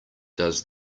does